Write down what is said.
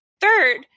Third